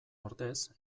ordez